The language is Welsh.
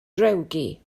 drewgi